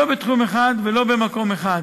לא בתחום אחד ולא במקום אחד